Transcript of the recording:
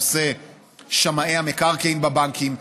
נושא שמאי המקרקעין בבנקים,